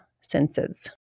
senses